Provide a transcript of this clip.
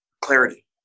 clarity